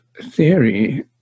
theory